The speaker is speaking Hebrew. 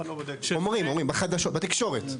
אומרים, אומרים, בחדשות, בתקשורת.